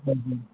હં હં